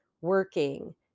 working